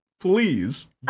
please